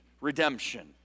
redemption